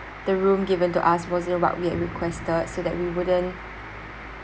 the room given to us wasn't what we had requested so that we wouldn't